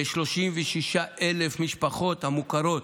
כ-36,000 משפחות המוכרות